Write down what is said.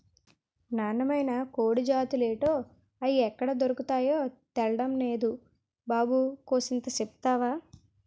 నాన్నమైన కోడి జాతులేటో, అయ్యెక్కడ దొర్కతాయో తెల్డం నేదు బాబు కూసంత సెప్తవా